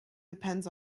depends